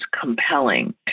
compelling